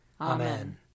Amen